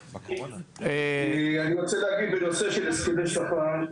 אני רוצה להגיד, בנושא של הסכמי שכר,